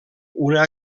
una